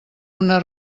una